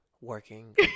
working